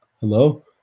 hello